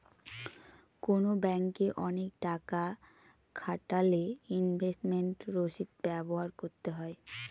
কোনো ব্যাঙ্কে অনেক টাকা খাটালে ইনভেস্টমেন্ট রসিদ ব্যবহার করতে হয়